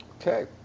Okay